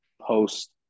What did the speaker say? post